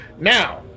Now